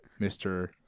Mr